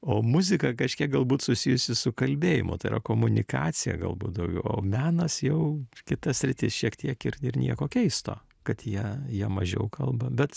o muzika kažkiek galbūt susijusi su kalbėjimu tai yra komunikacija galbūt daugiau o menas jau kita sritis šiek tiek ir ir nieko keisto kad jie jie mažiau kalba bet